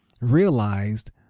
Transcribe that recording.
realized